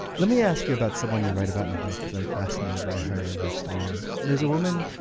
let me ask you about someone you write about in the book because i'm fascinated by her and her story. there's a woman